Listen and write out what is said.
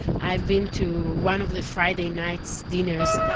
i've been to one of the friday night dinners,